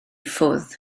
ffwrdd